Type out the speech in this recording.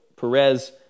Perez